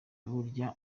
burya